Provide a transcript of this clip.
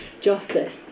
justice